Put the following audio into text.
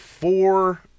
four